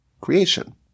creation